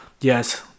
Yes